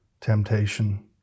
temptation